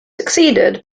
succeeded